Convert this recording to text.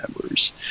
members